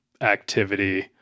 activity